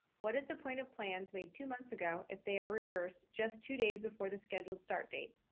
what is the point of plans made two months ago if they are reversed just two days before the scheduled start date?